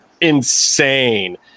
insane